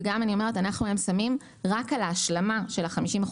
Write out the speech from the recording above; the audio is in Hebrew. אנחנו היום שמים רק על ההשלמה של ה-50%